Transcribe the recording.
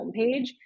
homepage